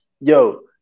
Yo